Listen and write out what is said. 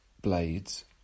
blades